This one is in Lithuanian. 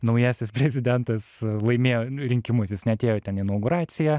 naujasis prezidentas laimėjo rinkimus jis neatėjo ten į inauguraciją